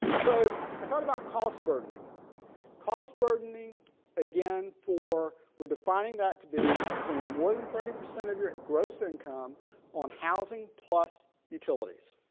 so i talked about cost burdening costs burdening again for we're defining that to be spending more than thirty percent of your gross income on housing plus utilities